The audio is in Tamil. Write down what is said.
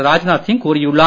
ராஜ்நாத் சிங் கூறியுள்ளார்